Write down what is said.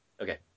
Okay